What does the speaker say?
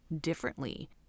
differently